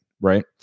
Right